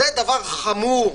זה דבר חמור,